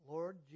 Lord